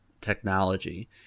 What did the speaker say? Technology